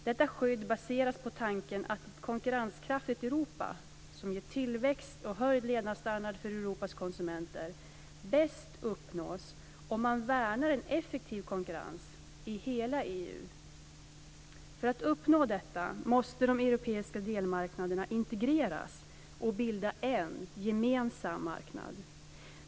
Detta skydd baseras på tanken att ett konkurrenskraftigt Europa, som ger tillväxt och höjd levnadsstandard för Europas konsumenter, bäst uppnås om man värnar en effektiv konkurrens i hela EU. För att uppnå detta måste de europeiska delmarknaderna integreras och bilda en gemensam marknad.